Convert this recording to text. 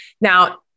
Now